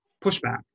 pushback